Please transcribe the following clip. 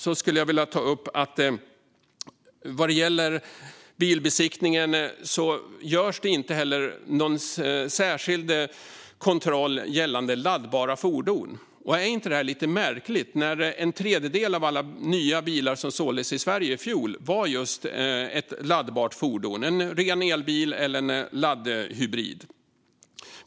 Avslutningsvis - vad gäller bilbesiktningen görs inte heller någon särskild kontroll gällande laddbara fordon. Är det inte lite märkligt? En tredjedel av alla nya bilar som såldes i Sverige i fjol var just laddbara fordon, rena elbilar eller laddhybrider.